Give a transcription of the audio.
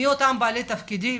מי אותם בעלי תפקידים